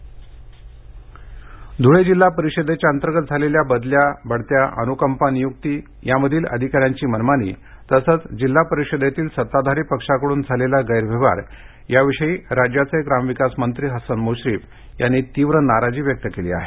हसन म्श्रीफ नाराजी धूळे जिल्हा परिषदे अंतर्गत झालेल्या बदल्या बढत्या अनुकंपा नियुक्त्या यामधील अधिकाऱ्यांची मनमानी तसेच जिल्हा परिषदेतील सत्ताधारी पक्षाकडून झालेला गैरव्यवहार याविषयी राज्याचे ग्रामविकास मंत्री हसन मुश्रीफ यांनी तीव्र नाराजी व्यक्त केली आहे